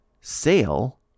sale